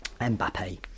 Mbappe